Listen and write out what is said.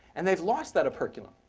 and they've lost that operculum,